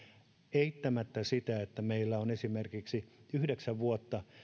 eittämättä sitä että meillä on esimerkiksi yhdeksän vuotta